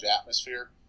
atmosphere